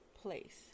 place